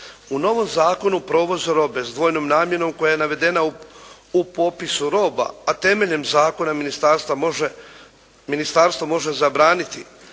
U novom zakonu provoz robe s dvojnom namjenom koja je navedena u popisu roba, a temeljem zakona ministarstvo može zabraniti